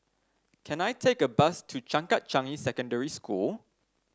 can I take a bus to Changkat Changi Secondary School